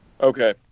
Okay